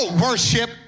worship